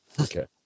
Okay